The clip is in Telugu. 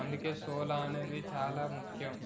అందుకే సోల అనేది చాలా ముఖ్యం